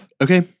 Okay